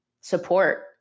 support